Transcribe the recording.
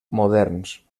moderns